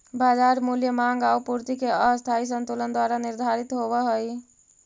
बाजार मूल्य माँग आउ पूर्ति के अस्थायी संतुलन द्वारा निर्धारित होवऽ हइ